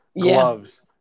gloves